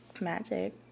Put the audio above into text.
magic